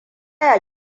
ya